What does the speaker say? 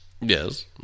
Yes